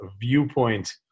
viewpoint